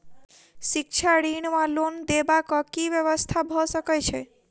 शिक्षा ऋण वा लोन देबाक की व्यवस्था भऽ सकै छै?